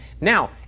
Now